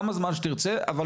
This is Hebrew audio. אבל תסביר.